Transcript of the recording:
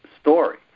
story